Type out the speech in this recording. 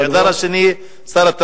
בהיעדרו, הנעדר הראשון, שר הפנים.